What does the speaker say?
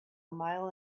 mile